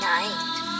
Night